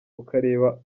ukareba